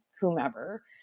whomever